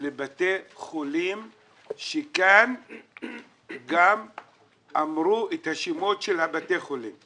לבתי חולים ואמרו את שמות בתי החולים